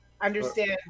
understand